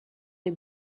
les